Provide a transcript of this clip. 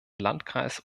landkreis